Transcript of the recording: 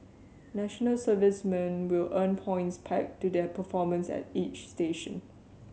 national servicemen will earn points pegged to their performance at each station